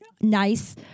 nice